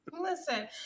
listen